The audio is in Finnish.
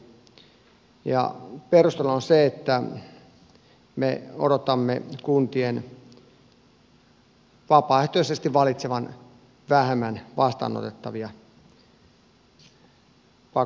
perusteluna on se että me odotamme kuntien vapaaehtoisesti valitsevan vähemmän vastaanotettavia pakolaisia